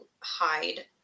hide